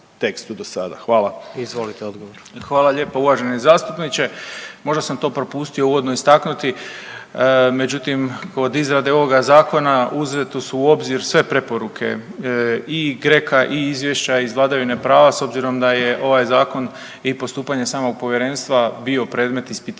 Ivan (HDZ)** Hvala lijepo uvaženi zastupniče. Možda sam to propustio uvodno istaknuti, međutim, kod izrade ovoga Zakona, uzeto su u obzir sve preporuke i GRECO-a i izvješća iz vladavine prava, s obzirom da je ovaj Zakon i postupanje samog Povjerenstva bio predmet ispitivanja